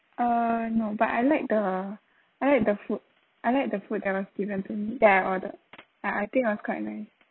uh no but I like the I like the food I like the food that was present to me that I ordered I I think it was quite nice